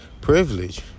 privilege